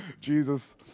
Jesus